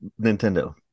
nintendo